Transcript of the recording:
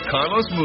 Carlos